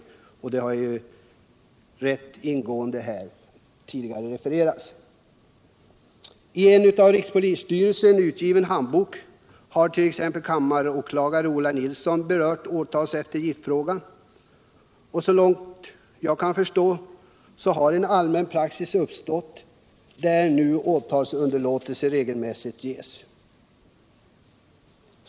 Det har refererats här rätt ingående tidigare. I en av rikspolisstyrelsen utgiven handbok hart.ex. kammaråklagare Ola Nilsson berört frågan om åtalseftergift. Så långt jag kan förstå har en allmän praxis uppstått där man regelmässigt underlåter att väcka åtal.